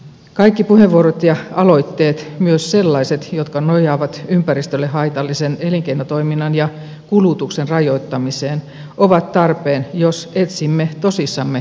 kaikki puheenvuorot ja aloitteet myös sellaiset jotka nojaavat ympäristölle haitallisen elinkeinotoiminnan ja kulutuksen rajoittamiseen ovat tarpeen jos etsimme tosissamme kestävää kasvua